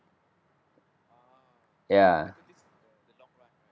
ya